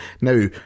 Now